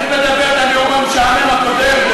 תמשיך לומר את הנאום המשעמם הקודם.